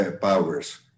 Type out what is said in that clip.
powers